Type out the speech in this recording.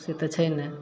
से तऽ छै नहि